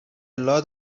lot